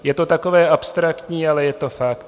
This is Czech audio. Je to takové abstraktní, ale je to fakt.